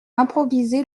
improvisés